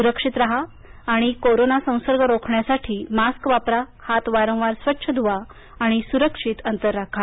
सुरक्षित राहा आणि कोरोना संसर्ग रोखण्यासाठी मास्क वापरा हात वारंवार स्वच्छ धुवा सुरक्षित अंतर ठेवा